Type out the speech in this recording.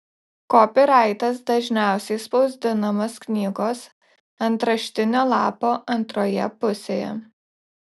kopiraitas dažniausiai spausdinamas knygos antraštinio lapo antroje pusėje